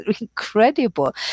incredible